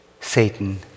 Satan